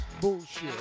bullshit